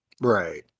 Right